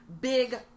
big